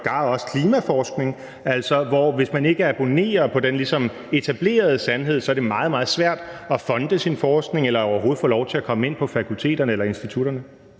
sågar også klimaforskning, hvor det, hvis man ikke abonnerer på den ligesom etablerede sandhed, er meget, meget svært at funde sin forskning eller overhovedet få lov til at komme ind på fakulteterne eller institutterne.